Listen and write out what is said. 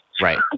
right